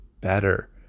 better